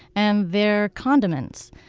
and they're condiments.